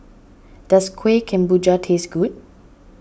does Kuih Kemboja taste good